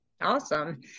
Awesome